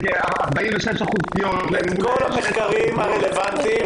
46% פגיעות אל מול --- את כל המחקרים הרלוונטיים,